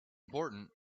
important